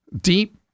deep